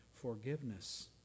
forgiveness